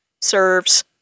serves